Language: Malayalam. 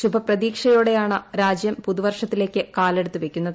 ശുഭപ്രതീക്ഷയോടെയാണ് രാജ്യം പുതുവർഷത്തിലേക്ക് കാലെടുത്തുവയ്ക്കുന്നത്